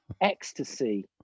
ecstasy